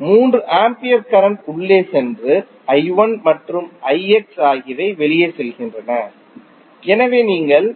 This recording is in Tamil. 3 ஆம்பியர் கரண்ட் உள்ளே சென்று மற்றும் ஆகியவை வெளியே செல்கின்றன எனவே நீங்கள்